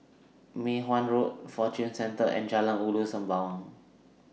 Mei Hwan Road Fortune Centre and Jalan Ulu Sembawang